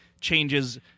changes